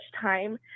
time